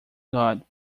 god